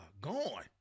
gone